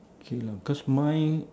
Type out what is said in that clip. actually no cause mine